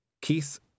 Keith